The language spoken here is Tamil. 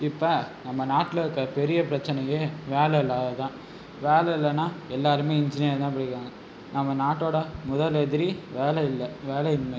இப்போ நம் நாட்டில் இருக்க பெரிய பிரச்சினையே வேலை இல்லாது தான் வேலை இல்லைனா எல்லோருமே இன்ஜினியர் தான் படிக்கிறாங்க நம் நாட்டோடய முதல் எதிரி வேலை இல்லை வேலையின்மை